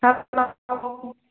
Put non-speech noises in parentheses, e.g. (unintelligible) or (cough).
(unintelligible)